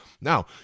Now